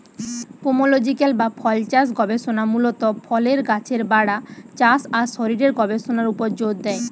pomological বা ফলচাষ গবেষণা মূলত ফলের গাছের বাড়া, চাষ আর শরীরের গবেষণার উপর জোর দেয়